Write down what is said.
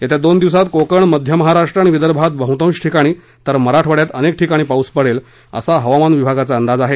येत्या दोन दिवसात कोकण मध्य महाराष्ट्र आणि विदर्भात बहुतांश ठिकाणी तर मराठवाडयात अनेक ठिकाणी पाऊस पडेल असा हवामान विभागाचा अंदाज आहे